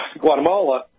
Guatemala